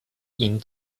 ihn